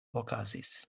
okazis